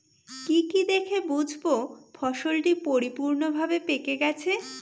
কি কি দেখে বুঝব ফসলটি পরিপূর্ণভাবে পেকে গেছে?